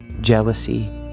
jealousy